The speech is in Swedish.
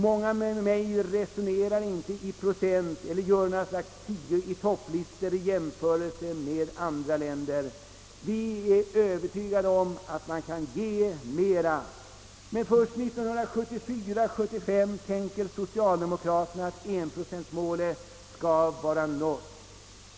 Många med mig resonerar inte i procent eller gör några slags tio i topp-listor i jämförelse med andra länder. Vi är övertygade att vi kan ge ännu mera, men först 1974/75 tänker socialdemokraterna att enprocentmålet skall vara nått.